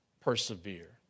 persevere